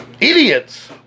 Idiots